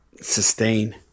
sustain